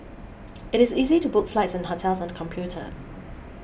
it is easy to book flights and hotels on computer